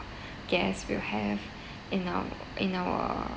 guest will have in our in our